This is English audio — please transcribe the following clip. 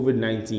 COVID-19